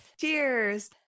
Cheers